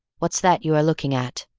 what's that you are looking at?